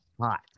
hot